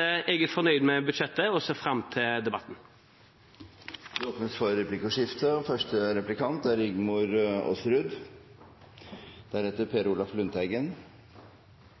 er fornøyd med budsjettet og ser fram til debatten. Det blir replikkordskifte. I dag diskuterer vi budsjettet til Arbeids- og